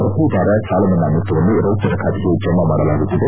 ಪತ್ರಿ ವಾರ ಸಾಲಮನ್ನಾ ಮೊತ್ತವನ್ನು ರೈತರ ಖಾತೆಗೆ ಜಮಾ ಮಾಡಲಾಗುತ್ತಿದೆ